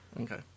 okay